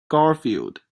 garfield